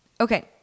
Okay